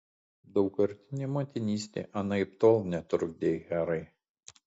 daugkartinė motinystė anaiptol netrukdė herai